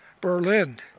Berlin